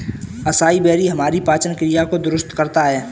acai berry हमारी पाचन क्रिया को दुरुस्त करता है